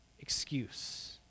excuse